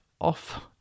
off